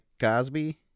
Cosby